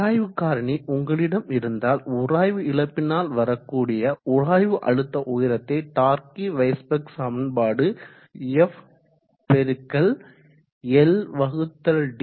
உராய்வு காரணி உங்களிடம் இருந்தால் உராய்வு இழப்பினால் வரக்கூடிய உராய்வு அழுத்த உயரத்தை டார்கி வைஸ்பெக் சமன்பாடு f ldu22g